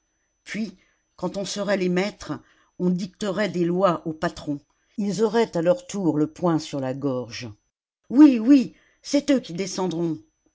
puis quand on serait les maîtres on dicterait des lois aux patrons ils auraient à leur tour le poing sur la gorge oui oui c'est eux qui descendront